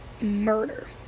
murder